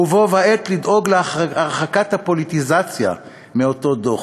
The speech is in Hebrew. ובה ובעת לדאוג להרחקת הפוליטיזציה מאותו דוח,